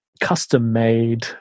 custom-made